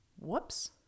Whoops